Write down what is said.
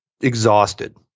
exhausted